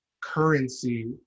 currency